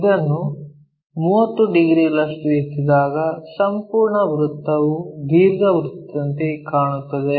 ಇದನ್ನು 30 ಡಿಗ್ರಿಗಳಷ್ಟು ಎತ್ತಿದಾಗ ಸಂಪೂರ್ಣ ವೃತ್ತವು ದೀರ್ಘವೃತ್ತದಂತೆ ಕಾಣುತ್ತದೆ